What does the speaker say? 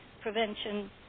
prevention